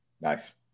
Nice